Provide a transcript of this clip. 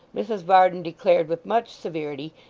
mrs varden declared with much severity,